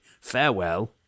Farewell